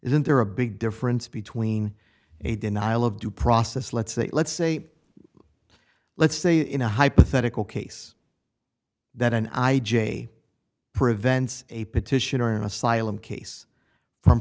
isn't there a big difference between a denial of due process let's say let's say let's say in a hypothetical case that an i j prevents a petition or an asylum case from